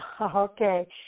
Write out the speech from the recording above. Okay